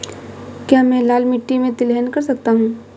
क्या मैं लाल मिट्टी में तिलहन कर सकता हूँ?